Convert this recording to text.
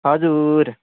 हजुर